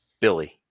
Billy